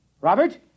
Robert